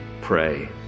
Pray